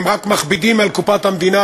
הם רק מכבידים על קופת המדינה,